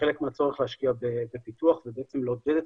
וחלק מהצורך להשקיע בפיתוח זה בעצם לעודד את